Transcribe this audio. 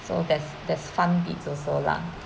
so there's there's fun bits also lah